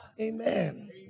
Amen